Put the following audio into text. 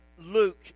Luke